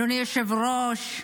אדוני היושב-ראש,